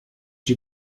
die